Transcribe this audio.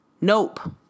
Nope